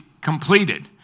completed